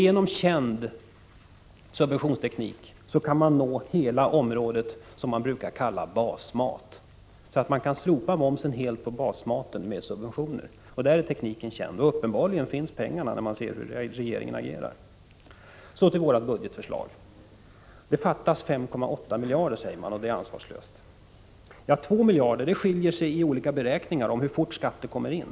Genom känd subventionsteknik kan man nå hela det område som brukar kallas basmat. Det går således att slopa momsen helt på basmaten genom subventioner. Därvidlag är tekniken känd, och man måste säga sig att uppenbarligen finns pengarna, när man ser hur regeringen agerar. Så till våra budgetförslag. Det fattas 5,8 miljarder, säger man, och det är ansvarslöst. Ja, till att börja med beror skillnaden när det gäller 2 miljarder på olika sätt att beräkna hur fort skatten kommer in.